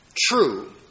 true